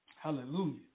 Hallelujah